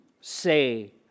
say